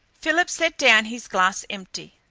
philip set down his glass empty.